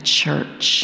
church